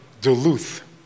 Duluth